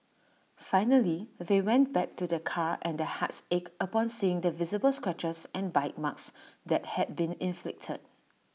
finally they went back to their car and their hearts ached upon seeing the visible scratches and bite marks that had been inflicted